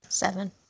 Seven